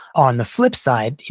on the flip side,